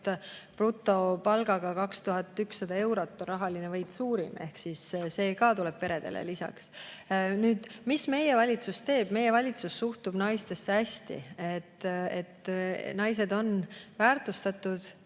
brutopalgaga 2100 eurot on rahaline võit suurim, ehk siis see ka tuleb peredele lisaks. Nüüd, mida meie valitsus teeb? Meie valitsus suhtub naistesse hästi. Naised on väärtustatud,